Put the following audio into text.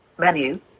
Menu